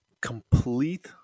complete